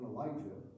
Elijah